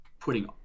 putting